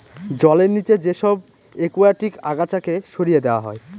জলের নিচে যে সব একুয়াটিক আগাছাকে সরিয়ে দেওয়া হয়